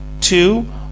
two